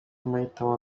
mahitamo